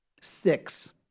six